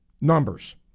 numbers